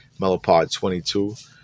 Melopod22